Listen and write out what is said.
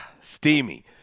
steamy